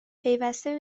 پیوسته